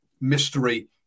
mystery